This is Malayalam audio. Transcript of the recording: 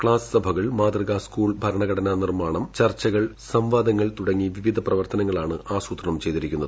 ക്ലാസ് സഭകൾ മാതൃകാ സ്കൂൾ ഭരണഘടനാ നിർമാണം ചർച്ചകൾ സംവാദങ്ങൾ തുടങ്ങി വിവിധ പ്രവർത്തനങ്ങളാണ് ആസൂത്രണം ചെയ്തിരിക്കുന്നത്